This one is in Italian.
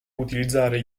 utilizzare